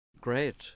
Great